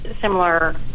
similar